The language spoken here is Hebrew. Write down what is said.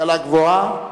להשכלה גבוהה,